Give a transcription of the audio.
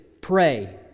pray